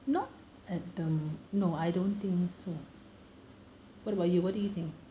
not at the no I don't think so what about you what do you think